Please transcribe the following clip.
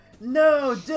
no